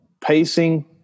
pacing